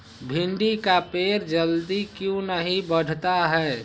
भिंडी का पेड़ जल्दी क्यों नहीं बढ़ता हैं?